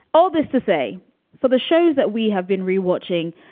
all this to say for the shows that we have been rewatching.